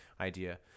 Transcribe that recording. idea